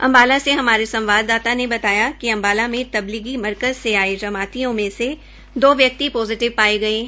अम्बाला से हमारे संवाददाता ने बताया कि अम्बाला में तबलीगी मरकज से आये जमातियों से दो व्यक्ति पोजिटिव पाये गये है